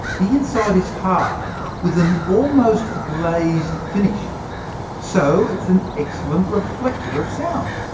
the inside is hard with an almost-glazed finish so it's an excellent reflector of sound.